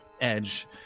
edge